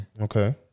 okay